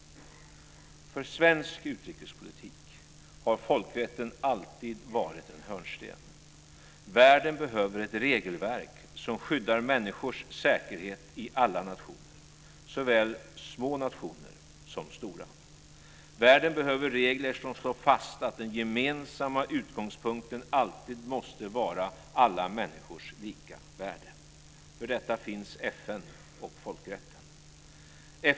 För svensk utrikespolitik har folkrätten alltid varit en hörnsten. Världen behöver ett regelverk som skyddar människors säkerhet i alla nationer, såväl små nationer som stora. Världen behöver regler som slår fast att den gemensamma utgångspunkten alltid måste vara alla människors lika värde. För detta finns FN och folkrätten.